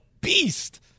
beast